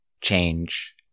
change